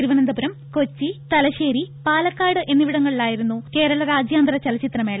തിരുവനന്തപുരം കൊച്ചി തലശ്ശേരി പാലക്കാട് എന്നിവിടങ്ങളിലായിരുന്നു കേരള രാജ്യാന്തര ചലച്ചിത്ര മേള